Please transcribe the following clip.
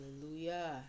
hallelujah